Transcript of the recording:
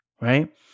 Right